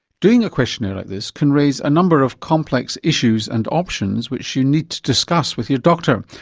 doing a questionnaire like this can raise a number of complex issues and options which you need to discuss with your doctor,